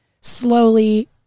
slowly